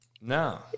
No